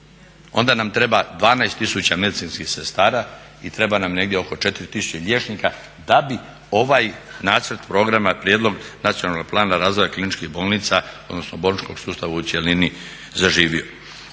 onda nam treba 12 tisuća medicinskih sestara i treba nam negdje oko 4 tisuće liječnika da bi ovaj nacrt programa, prijedlog Nacionalnog plana razvoja kliničkih bolnica odnosno bolničkog sustava u cjelini zaživio.